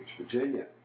Virginia